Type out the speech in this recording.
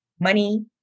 Money